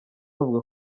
avuga